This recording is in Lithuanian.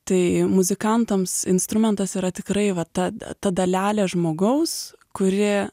tai muzikantams instrumentas yra tikrai va ta ta dalelė žmogaus kuri